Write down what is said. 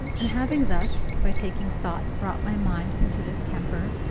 and having thus, by taking thought, brought my mind into this temper,